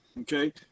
okay